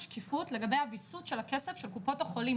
בקופות החולים אין לנו שקיפות לגבי הוויסות של הכסף של קופות החולים,